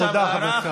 תודה, חבר הכנסת קרעי.